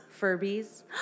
Furbies